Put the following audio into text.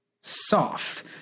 soft